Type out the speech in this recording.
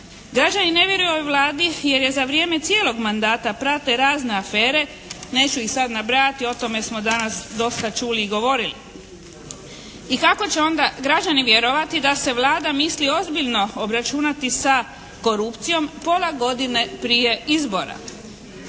Građani ne vjeruju ovoj Vladi jer je za vrijeme cijelog mandata prate razne afere, neću ih sad nabrajati, o tome smo danas dosta čuli i govorili. I kako će onda građani vjerovati da se Vlada misli ozbiljno obračunati sa korupcijom pola godine prije izbora.